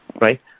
right